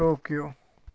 Tokyo